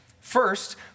First